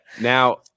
now